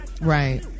right